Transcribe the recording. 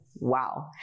wow